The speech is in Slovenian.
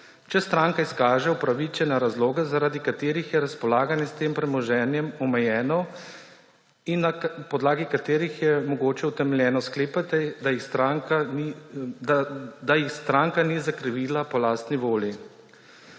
če stranka izkaže upravičene razloge, zaradi katerih je razpolaganje s tem premoženjem omejeno in na podlagi katerih je mogoče utemeljeno sklepati, da jih stranka ni zakrivila po lastni volji.